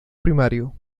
primario